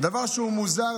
דבר שהוא מוזר,